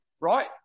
right